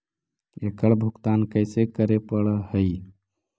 एकड़ भुगतान कैसे करे पड़हई?